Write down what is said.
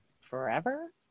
forever